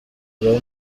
ibahe